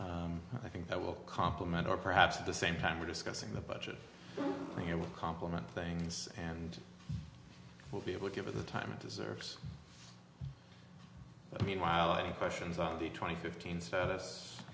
i think that will compliment or perhaps at the same time we're discussing the budget here will complement things and we'll be able to give you the time it deserves meanwhile any questions on the twenty fifteen status